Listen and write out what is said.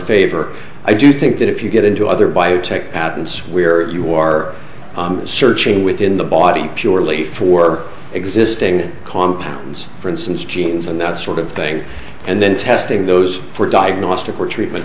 favor i do think that if you get into other biotech patents where you are searching within the body purely for existing compounds for instance genes and that sort of thing and then testing those for diagnostic or treatment